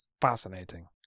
Fascinating